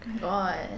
God